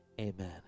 amen